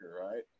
right